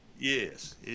Yes